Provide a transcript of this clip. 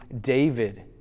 David